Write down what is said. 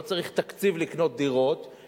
לא צריך תקציב לקניית דירות,